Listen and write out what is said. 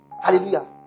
hallelujah